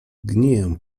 gniję